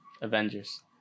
Avengers